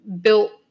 built